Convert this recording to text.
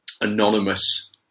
anonymous